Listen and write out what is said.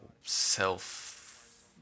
self